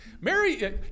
Mary